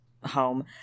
home